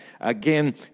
again